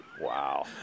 Wow